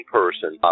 person